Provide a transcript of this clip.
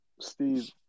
Steve